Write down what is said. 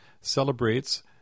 celebrates